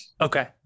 Okay